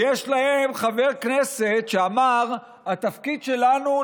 יש להם חבר כנסת שאמר: התפקיד שלנו,